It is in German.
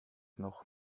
noch